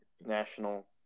national